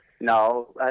No